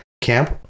camp